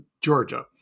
Georgia